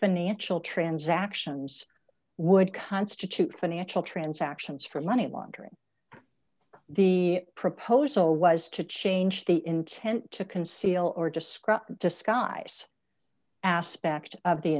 financial transactions would constitute financial transactions for money laundering the proposal was to change the intent to conceal or describe the disk i aspect of the